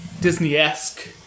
Disney-esque